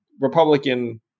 Republican